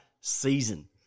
season